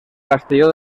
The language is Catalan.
castelló